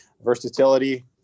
versatility